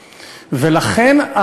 ולכן,